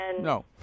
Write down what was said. no